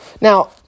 Now